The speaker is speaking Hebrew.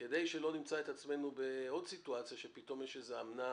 כדי שלא נמצא את עצמנו בעוד סיטואציה שפתאום יש איזה אמנה